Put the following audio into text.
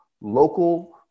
local